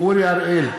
אורי אריאל,